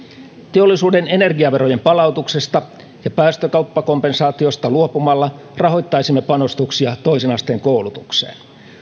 teollisuuden energiaverojen palautuksesta ja päästökauppakompensaatiosta luopumalla rahoittaisimme panostuksia toisen asteen koulutukseen